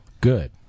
good